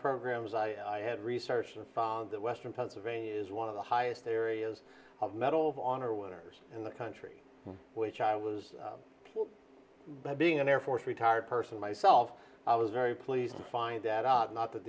programs i had researched and found that western pennsylvania is one of the highest areas of medal of honor winners in the country which i was by being an air force retired person myself i was very pleased to find that out not that